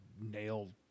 nailed